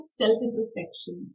self-introspection